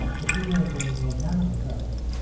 if he is a magnanimous artist,